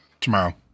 Tomorrow